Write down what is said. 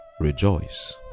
rejoice